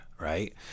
right